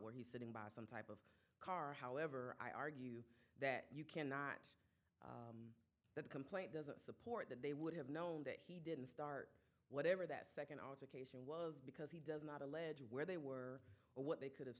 where he sitting by some type of car however i argue that you cannot that complaint doesn't support that they would have known that he didn't start whatever that second patient was because he was not allege where they were or what they could have